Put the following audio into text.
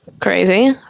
crazy